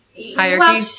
hierarchy